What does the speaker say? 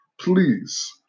please